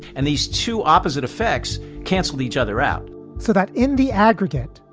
and these two opposite effects cancel each other out so that in the aggregate,